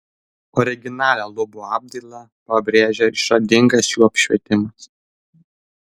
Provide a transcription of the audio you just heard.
originalią lubų apdailą pabrėžia išradingas jų apšvietimas